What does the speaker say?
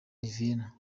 vienna